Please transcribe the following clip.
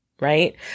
right